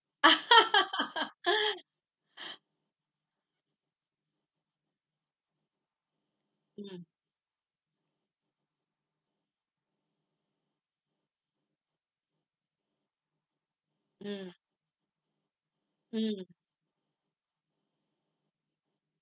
mm mm mm